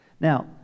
Now